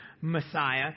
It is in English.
Messiah